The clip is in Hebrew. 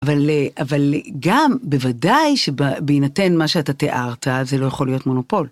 אבל גם בוודאי שבהינתן מה שאתה תיארת זה לא יכול להיות מונופול.